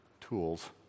tools